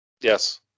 Yes